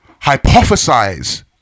hypothesize